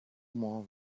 more